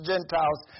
Gentiles